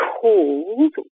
called